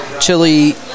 Chili